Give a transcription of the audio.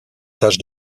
tâches